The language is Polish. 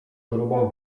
grubą